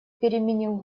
переменил